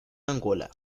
angola